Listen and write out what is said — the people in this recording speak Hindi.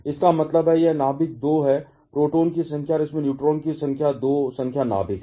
इसका मतलब है यह नाभिक 2 है प्रोटॉन की संख्या और इसमें न्यूट्रॉन की 2 संख्या नाभिक है